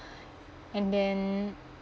and then